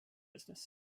business